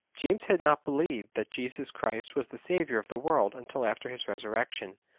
james had not believed that jesus christ was the saviour of the world until after his resurrection,